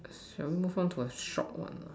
shall we move on to a short one ah